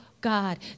God